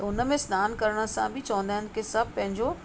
त उनमें सनानु करण सां बि चवंदा आहिनि की सभु पंहिंजो